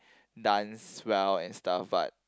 dance well and stuff but